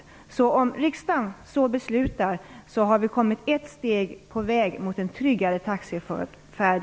Om alltså riksdagen så beslutar har vi den 1 juli kommit ett steg på vägen mot en tryggare taxifärd.